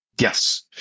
Yes